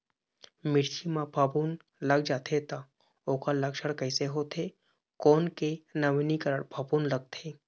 मिर्ची मा फफूंद लग जाथे ता ओकर लक्षण कैसे होथे, कोन के नवीनीकरण फफूंद लगथे?